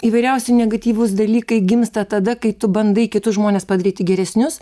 įvairiausi negatyvūs dalykai gimsta tada kai tu bandai kitus žmones padaryti geresnius